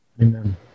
Amen